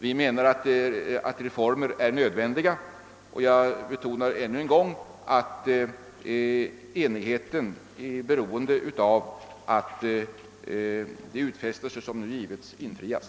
Vi anser att reformer är nödvändiga, och jag betonar ännu en gång att enigheten är beroende på att de utfästelser som nu gjorts infrias.